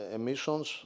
emissions